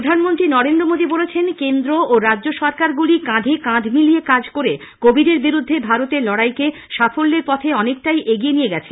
প্রধানমন্ত্রী নরেন্দ্র মোদী বলেছেন কেন্দ্র ও রাজ্য সরকারগুলি কাঁধে কাঁধ মিলিয়ে কাজ করে কোভিডের বিরুদ্ধে ভারতের লড়াইকে সাফল্যের পথে অনেকটাই এগিয়ে নিয়ে গেছে